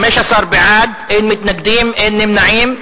15 בעד, אין מתנגדים, אין נמנעים.